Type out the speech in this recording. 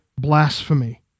blasphemy